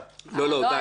אחר כך